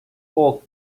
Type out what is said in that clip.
old